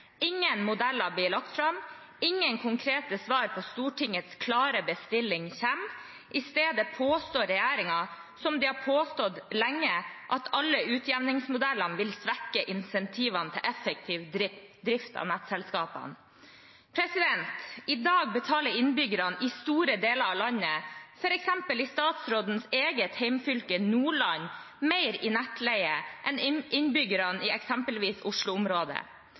Ingen modeller blir lagt fram, ingen konkrete svar på Stortingets klare bestilling kommer. I stedet påstår regjeringen, slik den har påstått lenge, at alle utjevningsmodellene vil svekke incentivene til effektiv drift av nettselskapene. I dag betaler innbyggerne i store deler av landet, f.eks. i statsrådens eget hjemfylke, Nordland, mer i nettleie enn innbyggerne i eksempelvis